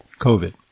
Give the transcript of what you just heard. COVID